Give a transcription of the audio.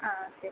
ആ ശരി